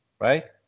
right